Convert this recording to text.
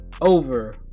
over